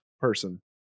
person